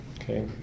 okay